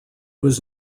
was